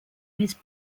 his